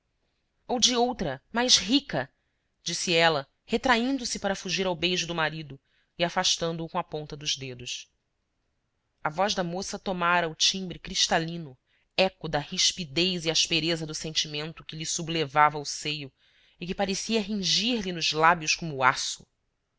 ou de outra mais rica disse ela retraindo se para fugir ao beijo do marido e afastando-o com a ponta dos dedos a voz da moça tomara o timbre cristalino eco da rispidez e aspereza do sentimento que lhe sublevava o seio e que parecia ringir lhe nos lábios como aço